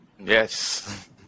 Yes